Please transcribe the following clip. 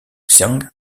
xian